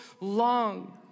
long